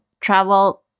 travel